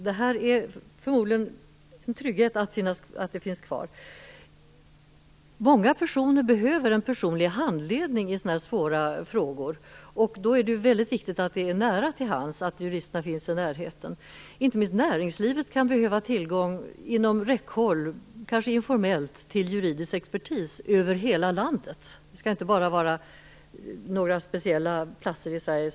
Det är en trygghet att den finns kvar. Många människor behöver en personlig handledning i sådana här svåra frågor. Då är det viktigt att juristerna finns i närheten. Inte minst näringslivet kan, kanske informellt, behöva juridisk expertis inom räckhåll. Det gäller hela landet. Denna expertis skall inte bara finnas på några speciella platser i Sverige.